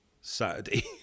Saturday